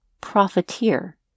profiteer